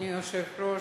אדוני היושב-ראש,